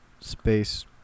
space